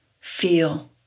feel